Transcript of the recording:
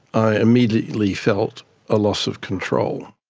i immediately felt a loss of control.